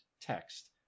text